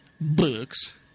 Books